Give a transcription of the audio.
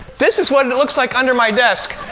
this is what it it looks like under my desk.